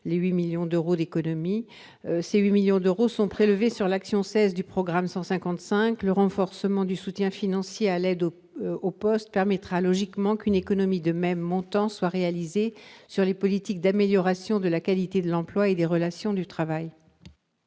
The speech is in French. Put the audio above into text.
Ces 8 millions d'euros sont prélevés sur l'action n° 16 du programme 155. Le renforcement du soutien financier à l'aide au poste permettra logiquement qu'une économie de même montant soit réalisée sur les politiques d'amélioration de la qualité de l'emploi et des relations du travail.